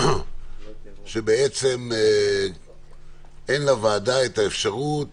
שבעצם אין לוועדה את האפשרות